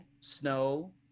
snow